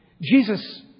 Jesus